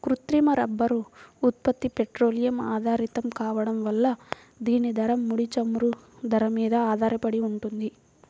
కృత్రిమ రబ్బరు ఉత్పత్తి పెట్రోలియం ఆధారితం కావడం వల్ల దీని ధర, ముడి చమురు ధర మీద ఆధారపడి ఉంటుంది